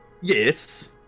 yes